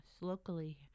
locally